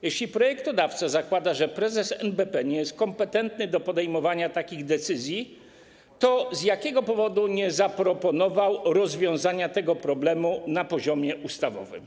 Jeśli projektodawca zakłada, że prezes NBP nie jest kompetentny do podejmowania takich decyzji, to z jakiego powodu nie zaproponował rozwiązania tego problemu na poziomie ustawowym?